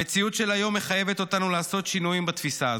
המציאות של היום מחייבת אותנו לעשות שינויים בתפיסה הזו.